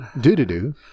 Do-do-do